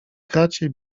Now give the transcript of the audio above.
kracie